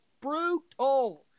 Brutal